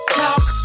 talk